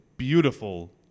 Beautiful